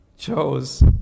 Chose